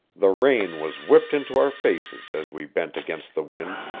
the rain was whipped into our faces as we bent against the wind,